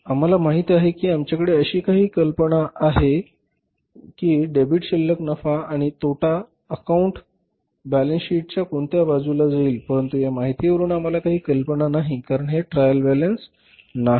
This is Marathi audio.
म्हणून आम्हाला माहित आहे की आमच्याकडे अशी काही कल्पना आहे की डेबिट शिल्लक नफा आणि तोटा अकाउंट बॅलन्स शीटच्या कोणत्या बाजूला जाईल परंतु या माहितीवरून आम्हाला काही कल्पना नाही कारण हे ट्रायल बॅलन्स नाही